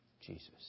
Jesus